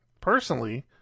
personally